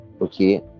Okay